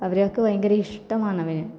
അവരെയൊക്കെ ഭയങ്കര ഇഷ്ടമാണവന്